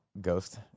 ghost